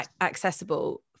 accessible